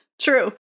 True